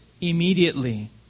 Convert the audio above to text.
immediately